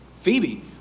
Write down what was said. Phoebe